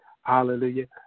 Hallelujah